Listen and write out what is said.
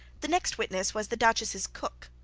the next witness was the duchess's cook.